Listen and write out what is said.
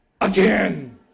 again